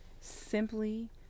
simply